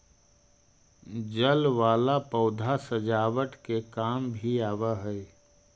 जल वाला पौधा सजावट के काम भी आवऽ हई